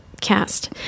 cast